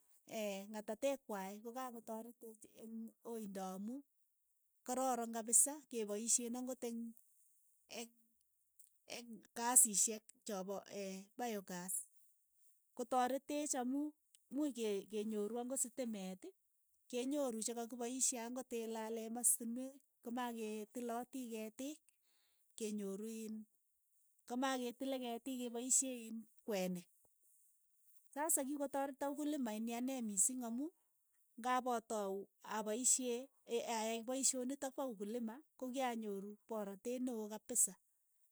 ng'atateek kwai ko ka kotareteech eng oindo amu kororon kapisa, kepoisheen ang'ot eng'- eng'- eng'- kasiishek chapo bayogas, kotareteech amu muuch ke- kenyooru ang'ot sitimeet, kenyoru chekakipaishe ang'ot ilale masinwek komakeetilatii ketiik, kenyoru iin komaketile ketiik kepaishe iin kwenik, sasa kikotareto ukulima ini anee miising amu ng'ap atau apaishee aaee paishonitok pa ukulima ko kyanyoru parateet ne oo kapisa.